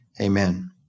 Amen